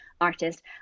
artist